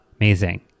amazing